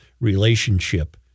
relationship